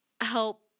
help